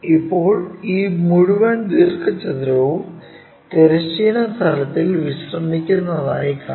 ഇപ്പോൾ ഈ മുഴുവൻ ദീർഘചതുരവും തിരശ്ചീന തലത്തിൽ വിശ്രമിക്കുന്നതായി കാണാം